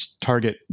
target